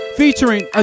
featuring